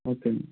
okay అండి